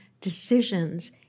decisions